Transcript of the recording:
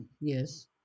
yes